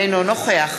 אינו נוכח